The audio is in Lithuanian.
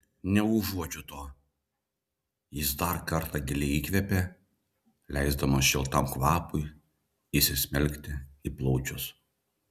neuodžiau to jis dar kartą giliai įkvėpė leisdamas šiltam kvapui įsismelkti į plaučius